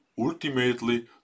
ultimately